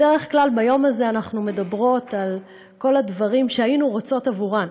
בדרך כלל ביום הזה אנחנו מדברות על כל הדברים שהיינו רוצות עבורן,